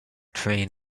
train